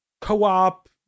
co-op